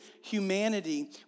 humanity